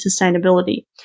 sustainability